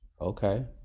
Okay